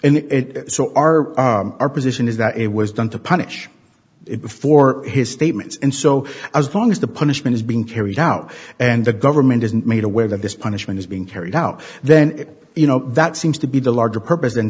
it so our our position is that it was done to punish it for his statements and so as long as the punishment is being carried out and the government isn't made aware that this punishment is being carried out then you know that seems to be the larger purpose